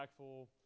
impactful